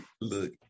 Look